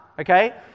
okay